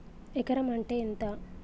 ఎకరం అంటే ఎంత?